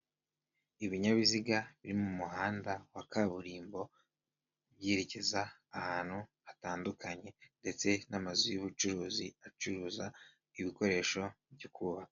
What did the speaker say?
Ibinyabiziga biri mu muhanda wa kaburimbo, byerekeza ahantu hatandukanye ndetse n'amazu y'ubucuruzi acuruza ibikoresho byo kubaka.